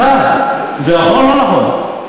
סליחה, זה נכון או לא נכון?